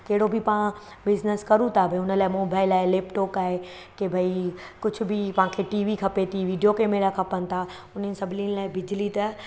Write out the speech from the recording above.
कहिड़ो बि पाण बिज़नस कयूं था भई उन लाइ मोबाइल आहे लैपटॉप आहे की भई कुझु बि पाणखे टीवी खपे टीवी वीडियो कैमेरा खपनि था उन्हनि सभिनी लाइ बिजली त